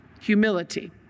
humility